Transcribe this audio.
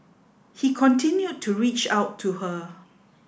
he continued to reach out to her